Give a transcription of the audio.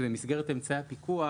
במסגרת אמצעי הפיקוח